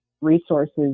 resources